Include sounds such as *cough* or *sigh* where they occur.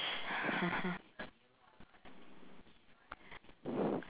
*laughs*